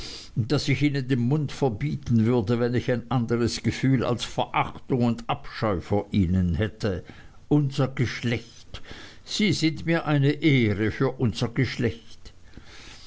daß ich ihnen den mund verbieten würde wenn ich ein anderes gefühl als verachtung und abscheu vor ihnen hätte unser geschlecht sie sind mir eine ehre für unser geschlecht